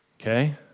Okay